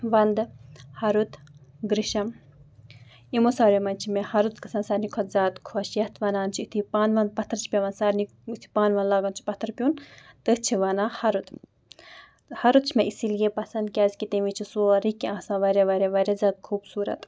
وَندٕ ہَرُد گِرٛشَم یِمو ساروِیو منٛز چھِ مےٚ ہَرُد گژھان سارنٕے کھۄتہٕ زیادٕ خۄش یَتھ وَنان چھِ یُتھ یہِ پَن وَن پَتھَر چھِ پٮ۪وان سارنٕے پَن وَن لاگان چھِ پَتھَر پیوٚن تٔتھۍ چھِ وَنان ہَرُد ہَرُد چھِ مےٚ اِسی لیے پَسنٛد کیٛازِکہِ تَمہِ وِز چھِ سورُے کینٛہہ آسان واریاہ واریاہ واریاہ زیادٕ خوٗبصوٗرت